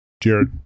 jared